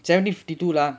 seventy fifty two lah